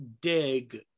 dig